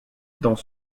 dans